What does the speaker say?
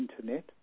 Internet